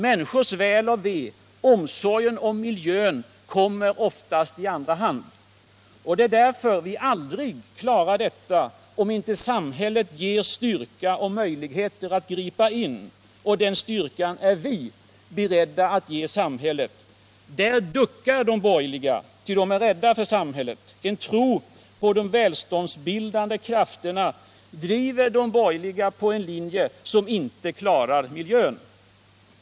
Människors väl och ve, omsorgen om miljön, kommer oftast i andra hand. Det är därför vi aldrig klarar detta om inte samhället ges styrka och möjligheter att gripa in. Den styrkan är vi beredda att ge samhället. Där duckar de borgerliga, ty de är rädda för samhället. En tro på de välståndsbildande krafterna driver de borgerliga in på en linje som inte klarar miljön.